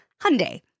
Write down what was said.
Hyundai